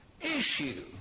issue